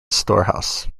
storehouse